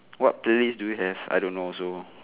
what beliefs do you have I don't know also